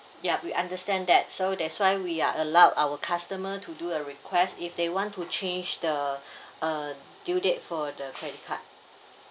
ya we understand that so that's why we are allowed our customer to do a request if they want to change the uh due date for the credit card